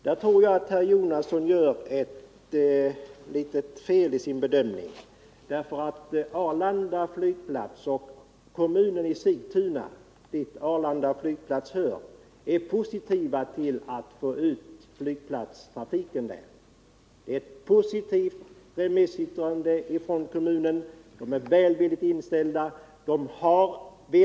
26 november 1974 Jag tror att herr Jonasson här gör ett litet fel i sin bedömning. Kommunen LL Sigtuna, till vilken Arlanda flygplats hör, är positiv — det framgår av Om bibehållande kommunens remissyttrande -— till att få ut trafiken till Arlanda från Brom — av Bromma ma.